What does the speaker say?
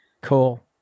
cool